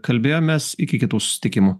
kalbėjomės iki kitų susitikimų